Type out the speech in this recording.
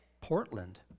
Portland